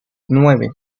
nueve